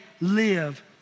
live